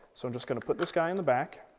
so i'm just going to put this guy on the back.